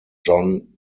john